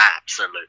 absolute